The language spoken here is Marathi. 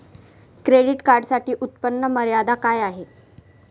क्रेडिट कार्डसाठी उत्त्पन्न मर्यादा काय आहे?